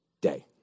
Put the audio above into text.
day